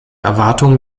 erwartungen